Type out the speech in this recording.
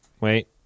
Wait